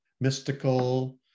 mystical